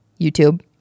YouTube